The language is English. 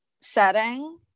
setting